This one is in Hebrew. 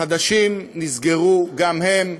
חדשים נסגרו גם הם,